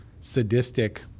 sadistic